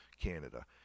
Canada